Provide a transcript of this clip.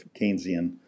Keynesian